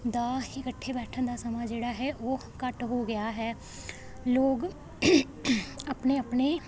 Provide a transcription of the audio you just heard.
ਦਾ ਇਕੱਠੇ ਬੈਠਣ ਦਾ ਸਮਾਂ ਜਿਹੜਾ ਹੈ ਉਹ ਘੱਟ ਹੋ ਗਿਆ ਹੈ ਲੋਕ ਆਪਣੇ ਆਪਣੇ